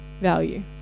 value